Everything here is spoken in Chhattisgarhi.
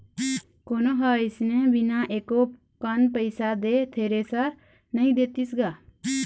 कोनो ह अइसने बिना एको कन पइसा दे थेरेसर नइ देतिस गा